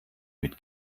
mit